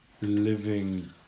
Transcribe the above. living